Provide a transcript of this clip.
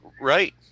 Right